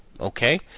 Okay